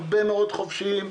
הרבה מאוד חובשים,